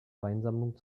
weinsammlung